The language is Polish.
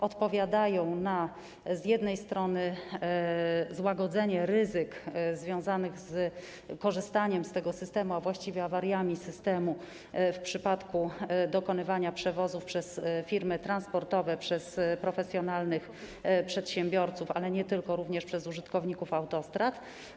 Odpowiadają z jednej strony na złagodzenie ryzyk związanych z korzystaniem z tego systemu, a właściwie awariami systemu w przypadku wykonywania przewozów przez firmy transportowe, przez profesjonalnych przedsiębiorców, ale nie tylko, bo również przez użytkowników autostrad.